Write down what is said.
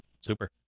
Super